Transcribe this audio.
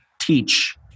teach